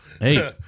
Hey